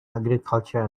agriculture